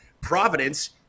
Providence